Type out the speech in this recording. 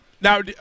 Now